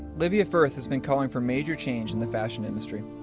livia firth has been calling for major change in the fashion industry.